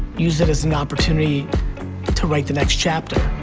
use it as an opportunity to write the next chapter.